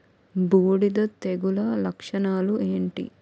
బూడిద తెగుల లక్షణాలు ఏంటి?